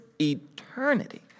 eternity